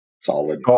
Solid